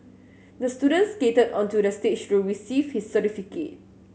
the student skated onto the stage to receive his certificate